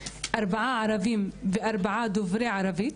ארבעה ערביים וארבעה דוברי ערבית,